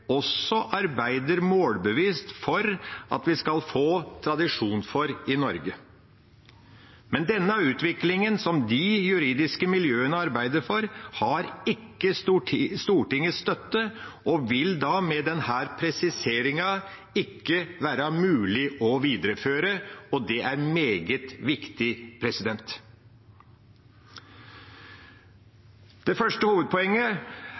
også arbeider målbevisst for at vi skal få tradisjon for i Norge. Men denne utviklingen som de juridiske miljøene arbeider for, har ikke Stortingets støtte og vil da med denne presiseringen ikke være mulig å videreføre. Det er meget viktig. Det første hovedpoenget